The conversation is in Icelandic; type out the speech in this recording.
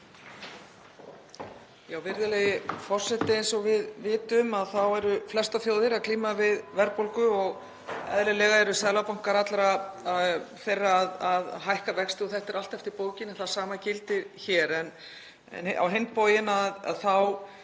Virðulegi forseti. Eins og við vitum eru flestar þjóðir að glíma við verðbólgu og eðlilega eru seðlabankar allra þeirra að hækka vexti. Þetta er allt eftir bókinni og það sama gildir hér. En á hinn bóginn